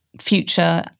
future